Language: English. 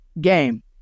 game